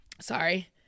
sorry